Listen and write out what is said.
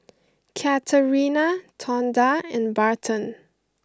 Katarina Tonda and Barton